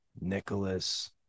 Nicholas